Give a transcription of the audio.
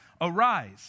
arise